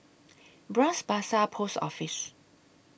Bras Basah Post Office